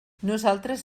nosaltres